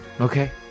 okay